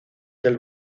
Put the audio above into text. del